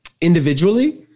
individually